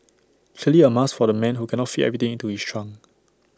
clearly A must for the man who cannot fit everything into his trunk